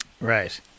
Right